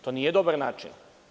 To nije dobar način.